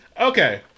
okay